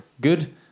good